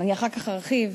אני אחר כך ארחיב.